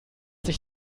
sich